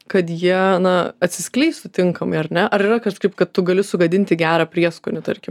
kad jie na atsiskleistų tinkamai ar ne ar yra kažkaip kad tu gali sugadinti gerą prieskonį tarkim